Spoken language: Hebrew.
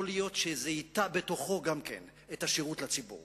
יכול להיות שזה ייטע בתוכו גם את השירות לציבור